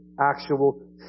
actual